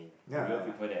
ya